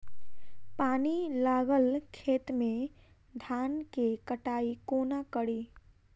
पानि लागल खेत मे धान केँ कटाई कोना कड़ी?